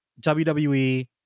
WWE